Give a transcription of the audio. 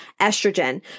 estrogen